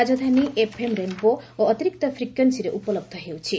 ରାଜଧାନୀ FM rainbow ଓ ଅତିରିକ୍ତ ଫ୍ରିକ୍ୱେନ୍ସିରେ ଉପଲହ୍ଧ ହେଉଛି